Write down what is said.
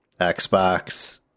Xbox